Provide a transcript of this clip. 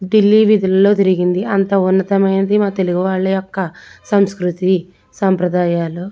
ఢిల్లీ వీధుల్లో తిరిగింది అంత ఉన్నతమైనది మా తెలుగు వాళ్ళ యొక్క సంస్కృతి సంప్రదాయాలు